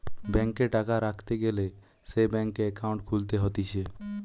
ব্যাংকে টাকা রাখতে গ্যালে সে ব্যাংকে একাউন্ট খুলতে হতিছে